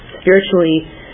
spiritually